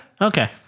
okay